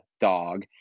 dog